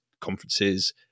conferences